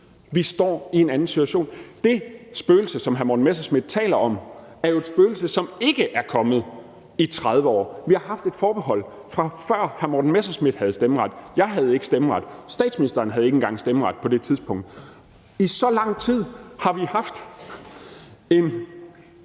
vi står i en anden situation. Det spøgelse, som hr. Morten Messerschmidt taler om, er jo et spøgelse, som ikke er kommet i 30 år. Vi har haft et forbehold, fra før hr. Morten Messerschmidt havde stemmeret. Jeg havde ikke stemmeret, ikke engang statsministeren havde stemmeret på det tidspunkt. I så lang tid har EU haft et